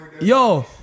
yo